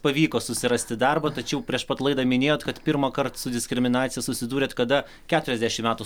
pavyko susirasti darbą tačiau prieš pat laidą minėjot kad pirmąkart su diskriminacija susidūrėt kada keturiasdešimt metų